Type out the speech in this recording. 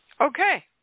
Okay